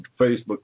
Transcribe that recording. Facebook